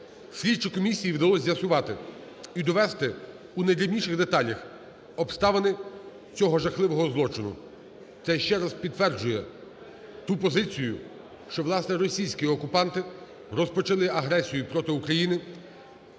Слідчій комісії вдалось з'ясувати і довести у найдрібніших деталях обставини цього жахливого злочину. Це ще раз підтверджує ту позицію, що, власне, російські окупанти розпочали агресію проти України